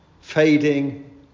fading